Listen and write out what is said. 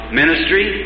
ministry